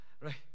Right